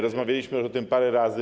Rozmawialiśmy już o tym parę razy.